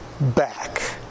back